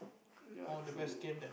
ya true